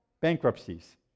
Bankruptcies